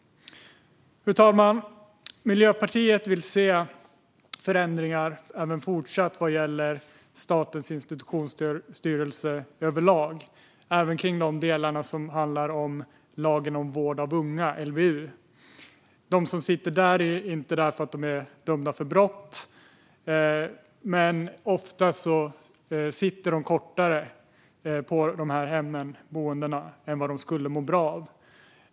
Fru talman! Miljöpartiet vill se förändringar även fortsatt vad gäller Statens institutionsstyrelse överlag, även kring de delar som handlar om lagen om vård av unga, LVU. De som sitter där är inte dömda för brott, men ofta sitter de kortare tid på de här hemmen och boendena än vad de skulle må bra av.